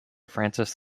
francis